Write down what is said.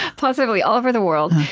possibly all over the world,